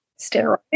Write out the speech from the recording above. steroid